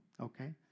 okay